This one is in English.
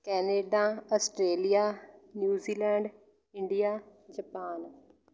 Canada Australia New Zealand India Japan